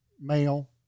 male